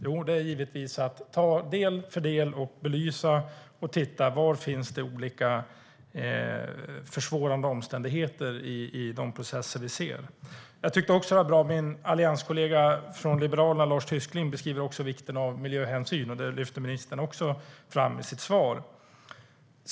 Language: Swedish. Jo, det gäller givetvis att ta del för del och belysa och titta på var det finns olika försvårande omständigheter i de processer vi ser. Jag tyckte också att det var bra hur min allianskollega från Liberalerna, Lars Tysklind, beskrev vikten av miljöhänsyn. Det lyfte även ministern fram i sitt svar.